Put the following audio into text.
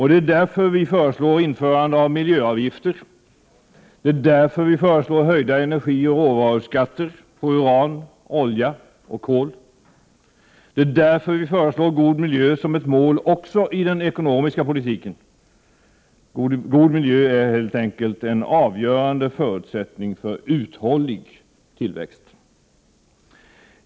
Det är därför som vi föreslår införande av miljöavgifter, och det är därför som vi föreslår höjda energioch råvaruskatter på uran, olja och kol. Det är därför som vi föreslår god miljö som ett mål också i den ekonomiska politiken. God miljö är helt enkelt en avgörande förutsättning för uthållig tillväxt.